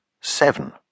Seven